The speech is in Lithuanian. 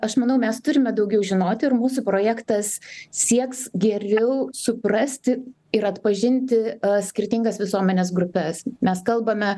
aš manau mes turime daugiau žinoti ir mūsų projektas sieks geriau suprasti ir atpažinti skirtingas visuomenės grupes mes kalbame